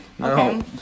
Okay